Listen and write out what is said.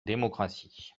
démocratie